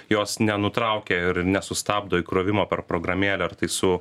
jos nenutraukia ir nesustabdo įkrovimo per programėlę ar tai su